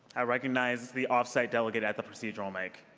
i recognize the off-site delegate at the procedural mic.